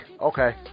Okay